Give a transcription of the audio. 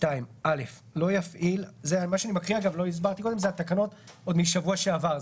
מה שאני מקריא עכשיו זה עוד התקנות משבוע שעבר.